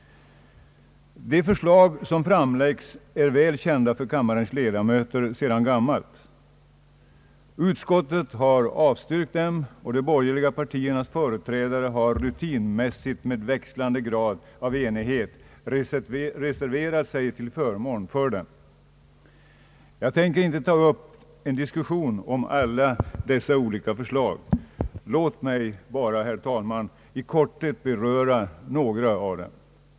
De förslag som framlagts är väl kända för kammarens ledamöter sedan gammalt. Utskottet har avstyrkt dem och de borgerliga partiernas företrädare har rutinmässigt, med växlande grad av enighet, reserverat sig till förmån för dem. Jag tänker inte ta upp någon diskussion om alla dessa olika förslag. Låt mig bara, herr talman, i korthet beröra några av dem.